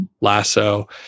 Lasso